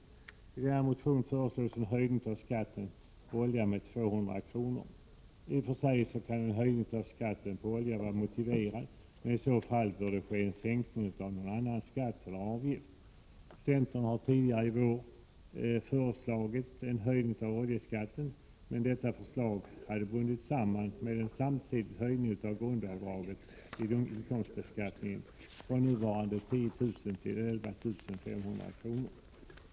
I denna motion föreslås en höjning av skatten på olja med 200 kr. I och för sig kan en höjning av skatten på olja vara motiverad, men i så fall bör det ske en sänkning av någon annan skatt eller avgift. Centern har tidigare i vår föreslagit en höjning av oljeskatten, men detta förslag har bundits samman med en samtidig höjning av grundavdraget vid inkomstbeskattning från nuvarande 10 000 kr. till 11 500 kr.